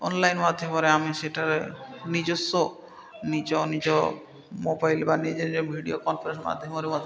online ମାଧ୍ୟମରେ ଆମେ ସେଠାରେ ନିଜସ୍ଵ ନିଜ ନିଜ ମୋବାଇଲ୍ ବା ନିଜେ ନିଜେ ଭିଡ଼ିଓ କନଫରେନ୍ସ ମାଧ୍ୟମରେ ମଧ୍ୟ